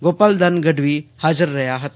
ગોપાલદાન ગઢવી હાજર રહ્યા હતા